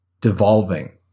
devolving